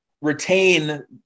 retain